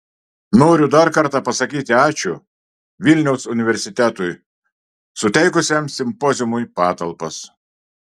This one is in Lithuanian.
noriu dar kartą pasakyti ačiū vilniaus universitetui suteikusiam simpoziumui patalpas